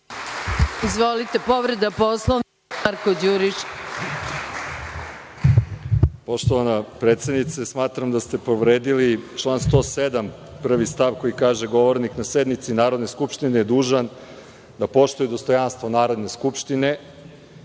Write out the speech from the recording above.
Izvolite. Povreda Poslovnika, Marko Đurišić. **Marko Đurišić** Poštovana predsednice, smatram da ste povredili član 107. stav 1, koji kaže – govornik na sednici Narodne skupštine je dužan da poštuje dostojanstvo Narodne skupštine,